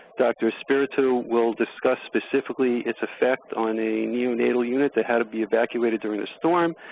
dr. espiritu will discuss specifically its effect on a neonatal unit that had to be evacuated during the storm.